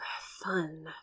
fun